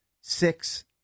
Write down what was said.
six